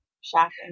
Shocking